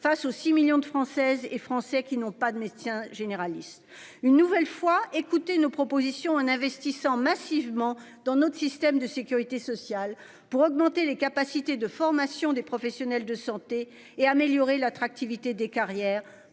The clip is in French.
face aux 6 millions de Françaises et Français qui n'ont pas de maintien généraliste. Une nouvelle fois écouter nos propositions en investissant massivement dans notre système de sécurité sociale pour augmenter les capacités de formation des professionnels de santé et améliorer l'attractivité des carrières,